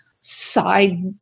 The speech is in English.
side